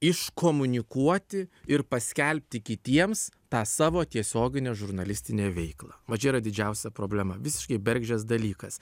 iškomunikuoti ir paskelbti kitiems tą savo tiesioginę žurnalistinę veiklą va čia yra didžiausia problema visiškai bergždžias dalykas